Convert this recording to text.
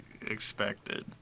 expected